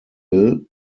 will